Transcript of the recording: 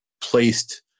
placed